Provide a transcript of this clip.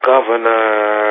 Governor